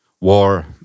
war